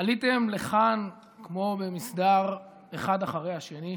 עליתם לכאן כמו במסדר, אחד אחרי השני,